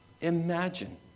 Imagine